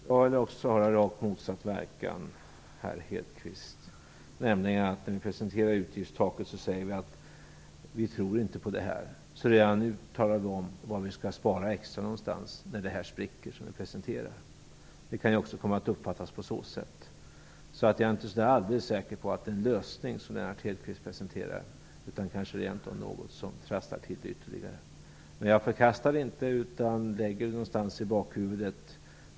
Herr talman! Eller också har det rakt motsatt verkan, Lennart Hedquist, nämligen som om vi när vi presenterar utgiftstaket säger: Vi tror inte på det här, så redan nu talar vi om var vi skall spara extra när det vi nu presenterar spricker. Det kan också komma att uppfattas på det sättet. Jag är inte alldeles säker på att det är en lösning som Lennart Hedquist presenterar, utan kanske rent av något som trasslar till det ytterligare. Jag förkastar det inte, utan lägger det någonstans i bakhuvudet.